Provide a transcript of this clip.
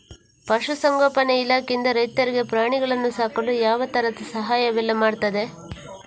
ಪಶುಸಂಗೋಪನೆ ಇಲಾಖೆಯಿಂದ ರೈತರಿಗೆ ಪ್ರಾಣಿಗಳನ್ನು ಸಾಕಲು ಯಾವ ತರದ ಸಹಾಯವೆಲ್ಲ ಮಾಡ್ತದೆ?